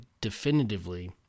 definitively